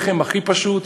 לחם הכי פשוט,